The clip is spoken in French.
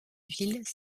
ville